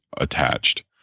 attached